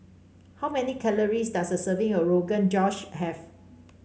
how many calories does a serving of Rogan Josh have